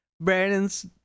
Brandon's